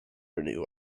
renew